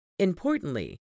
Importantly